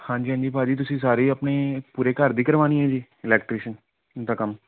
ਹਾਂਜੀ ਹਾਂਜੀ ਭਾਅ ਜੀ ਤੁਸੀਂ ਸਾਰੇ ਆਪਣੀ ਪੂਰੇ ਘਰ ਦੀ ਕਰਵਾਉਣੀ ਹੈ ਜੀ ਇਲੈਕਟ੍ਰੀਸ਼ਨ ਦਾ ਕੰਮ